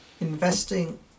investing